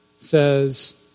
says